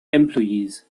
employees